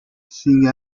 seeing